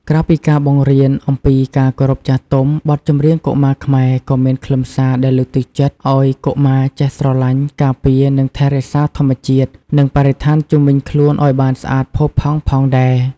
ក្រៅពីការបង្រៀនអំពីការគោរពចាស់ទុំ បទចម្រៀងកុមារខ្មែរក៏មានខ្លឹមសារដែលលើកទឹកចិត្តឲ្យកុមារចេះ ស្រឡាញ់ ការពារ និងថែរក្សាធម្មជាតិ និងបរិស្ថានជុំវិញខ្លួនឲ្យបានស្អាតផូរផង់ផងដែរ។